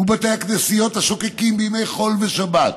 ובבתי הכנסיות השוקקים בימי חול ושבת.